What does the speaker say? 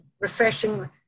refreshing